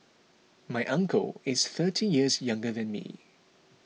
my uncle is thirty years younger than me